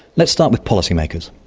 let's start with policy-makers.